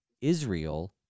Israel